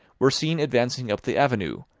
were seen advancing up the avenue,